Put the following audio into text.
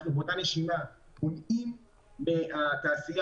אנחנו באותה נשימה מונעים מהתעשייה